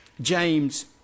James